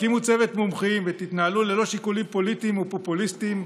תקימו צוות מומחים ותתנהלו ללא שיקולים פוליטיים ופופוליסטיים.